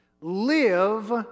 live